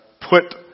put